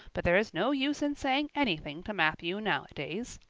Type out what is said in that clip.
but there is no use in saying anything to matthew nowadays.